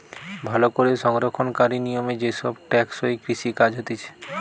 ভালো করে সংরক্ষণকারী নিয়মে যে সব টেকসই কৃষি কাজ হতিছে